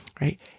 Right